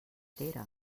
pantera